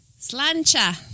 Slancha